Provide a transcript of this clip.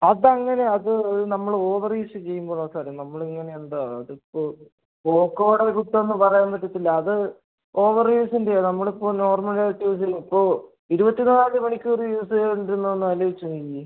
അതങ്ങനെ അത് നമ്മൾ ഓവർ യൂസ് ചെയ്യുമ്പോഴാണ് സാറേ നമ്മളിങ്ങനെ എന്താ അതിപ്പോൾ പോക്കോയുടെ കുറ്റമെന്നു പറയാൻ പറ്റത്തില്ല അത് ഓവർ യൂസിൻ്റെയാണ് നമ്മളിപ്പോൾ നോർമ്മലായിട്ട് യൂസ് ചെയ്തപ്പോൾ ഇരുപത്തിനാല് മണിക്കൂർ യൂസ് ചെയ്തുകൊണ്ടിരുന്നാൽ ഒന്നാലോചിച്ചു നോക്കിക്കേ